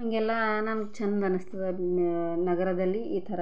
ಹಾಗೆಲ್ಲ ನನಗೆ ಚೆಂದ ಅನ್ನಿಸ್ತದೆ ನಗರದಲ್ಲಿಈ ಥರ